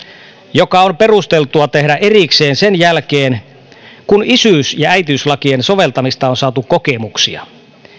joka on perusteltua tehdä erikseen sen jälkeen kun isyys ja äitiyslakien soveltamisesta on saatu kokemuksia